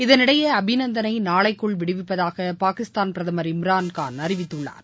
இதனிடையே அபிநந்தனை நாளைக்குள் விடுவிப்பதாக பாகிஸ்தான் பிரதமர் இம்ரான்கான் அறிவித்துள்ளார்